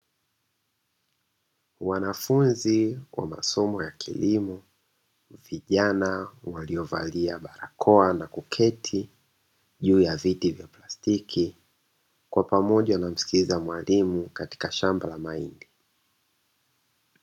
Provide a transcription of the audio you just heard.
Wanafunzi wa masomo ya kilimo, vijana waliovalia barakoa na kuketi juu ya viti vya plastiki, kwa pamoja wanamsikiliza mwalimu katika shamba la mahindi.